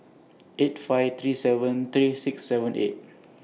eight five three seven three six seven eight